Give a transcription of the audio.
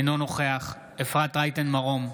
אינו נוכח אפרת רייטן מרום,